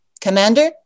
Commander